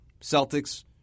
Celtics